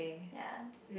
ya